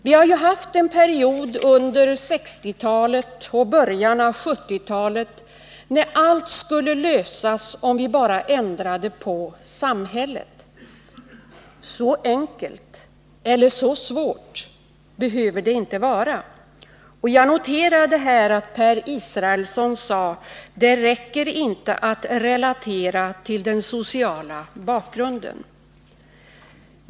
Vi har ju haft en period under 1960-talet och början av 1970-talet när allt skulle lösas, om vi bara ändrade på samhället. Så enkelt eller så svårt behöver detinte vara. Jag noterar att Per Israelsson sade att det inte räcker att relatera till den sociala bakgrunden.